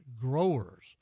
growers